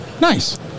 Nice